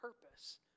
purpose